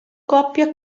coppia